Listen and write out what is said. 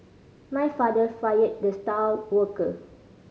my father fired the star worker